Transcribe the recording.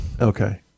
Okay